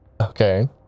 Okay